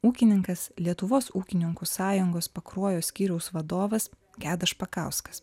ūkininkas lietuvos ūkininkų sąjungos pakruojo skyriaus vadovas gedas špakauskas